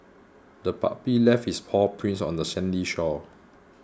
the puppy left its paw prints on the sandy shore